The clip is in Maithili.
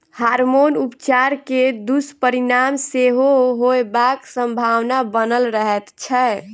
हार्मोन उपचार के दुष्परिणाम सेहो होयबाक संभावना बनल रहैत छै